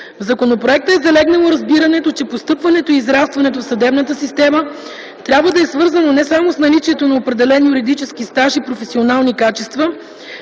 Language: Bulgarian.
законопроекта е залегнало разбирането, че постъпването и израстването в съдебната система трябва да е свързано не само с наличието на определен юридически стаж и професионални качества,